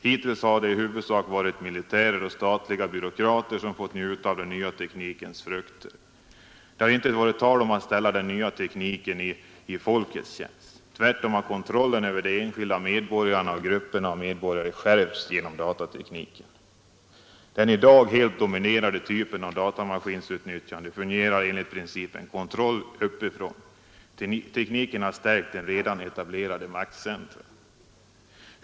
Hittills har det i huvudsak varit militärer och statliga byråkrater som fått njuta av den nya teknikens frukter. Det har inte varit tal om att ställa den nya tekniken i folkets tjänst. Tvärtom har kontrollen över de enskilda medborgarna och grupper av medborgare skärpts genom datatekniken. Den i dag helt dominerande typen av datamaskinsutnyttjande fungerar enligt principen kontroll uppifrån. Tekniken har stärkt redan etablerade maktcentra.